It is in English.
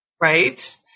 right